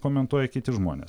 komentuoja kiti žmonės